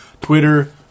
Twitter